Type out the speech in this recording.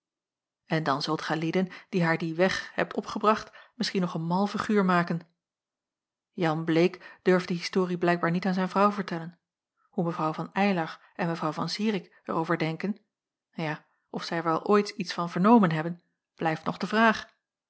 en dan zult gijlieden die haar die weg hebt opgebracht misschien nog een mal figuur maken jan bleek az durft de historie blijkbaar niet aan zijn vrouw vertellen hoe mevrouw van eylar en mevrouw van zirik er over denken ja of zij er wel ooit iets van vernomen hebben blijft nog de vraag